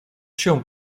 się